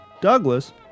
Douglas